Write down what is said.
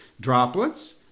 Droplets